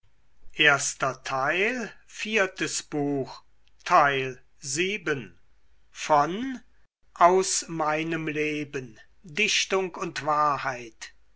goethe aus meinem leben dichtung und wahrheit